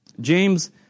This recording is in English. James